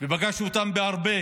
ושפגשתי אותם בהרבה